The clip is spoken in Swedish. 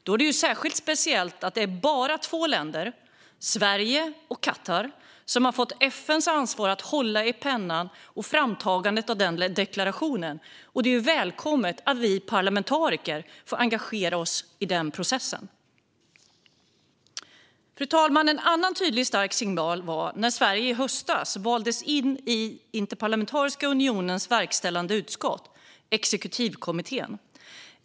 Då är det särskilt speciellt att det bara är två länder, Sverige och Qatar, som har fått FN:s ansvar att hålla i pennan och framtagandet av deklarationen. Det är välkommet att vi parlamentariker får engagera oss i den processen. Fru talman! En annan tydlig stark signal var när Sverige i höstas valdes in i Interparlamentariska unionens verkställande utskott, exekutivkommittén.